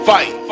Fight